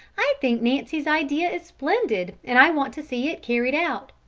i think nancy's idea is splendid, and i want to see it carried out.